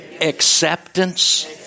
acceptance